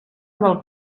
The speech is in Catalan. del